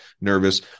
nervous